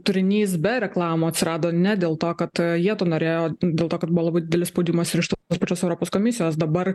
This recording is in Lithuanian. turinys be reklamų atsirado ne dėl to kad jie to norėjo dėl to kad buvo labai didelis spaudimas ir iš tos pačios europos komisijos dabar